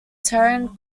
tehran